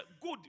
good